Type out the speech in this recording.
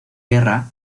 guerra